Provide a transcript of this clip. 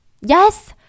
yes